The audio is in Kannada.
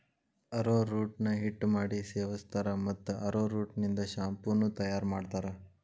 ಅರೋರೂಟ್ ನ ಹಿಟ್ಟ ಮಾಡಿ ಸೇವಸ್ತಾರ, ಮತ್ತ ಅರೋರೂಟ್ ನಿಂದ ಶಾಂಪೂ ನು ತಯಾರ್ ಮಾಡ್ತಾರ